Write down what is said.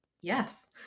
Yes